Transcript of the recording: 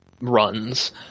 runs